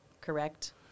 correct